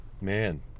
man